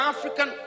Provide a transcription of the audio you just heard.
African